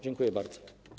Dziękuję bardzo.